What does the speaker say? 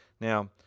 Now